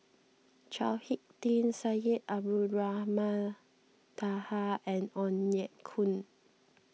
Chao Hick Tin Syed Abdulrahman Taha and Ong Ye Kung